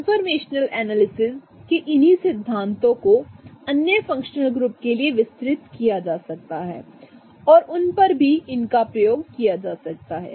confirmation analysis के इन्हीं सिद्धांतों को अन्य फंक्शनल ग्रुप के लिए विस्तृत किया जा सकता है और उन पर भी इनका प्रयोग किया जा सकता है